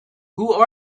who